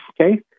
Okay